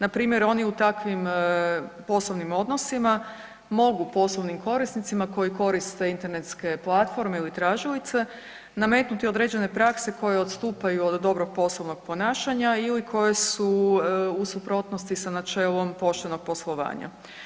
Npr. oni u takvim poslovnim odnosima mogu poslovnim korisnicima koji koriste internetske platforme ili tražilice nametnuti određene prakse koje odstupaju od dobrog poslovnog ponašanja ili koje su u suprotnosti sa načelom poštenog poslovanja.